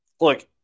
look